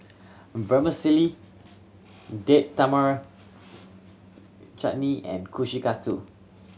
Vermicelli Date Tamarind Chutney and Kushikatsu